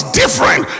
different